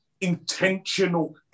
intentional